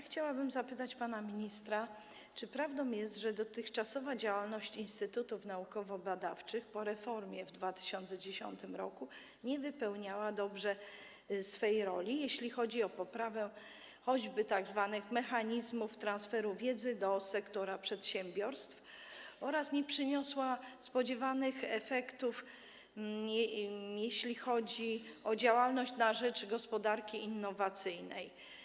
Chciałabym zapytać pana ministra, czy prawdą jest, że dotychczasowa działalność instytutów naukowo-badawczych po reformie w 2010 r. nie spełniała dobrze swej roli, jeśli chodzi o poprawę choćby tzw. mechanizmów transferu wiedzy do sektora przedsiębiorstw, ani nie przyniosła spodziewanych efektów, jeśli chodzi o działalność na rzecz gospodarki innowacyjnej.